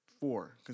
Four